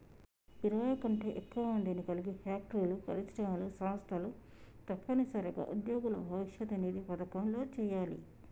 ఇరవై కంటే ఎక్కువ మందిని కలిగి ఫ్యాక్టరీలు పరిశ్రమలు సంస్థలు తప్పనిసరిగా ఉద్యోగుల భవిష్యత్ నిధి పథకంలో చేయాలి